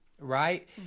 right